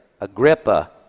Agrippa